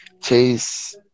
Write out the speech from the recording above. Chase